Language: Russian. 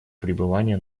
пребывания